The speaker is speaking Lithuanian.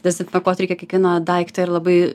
dezinfekuot reikia kiekvieną daiktą ir labai